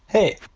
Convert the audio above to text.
hey.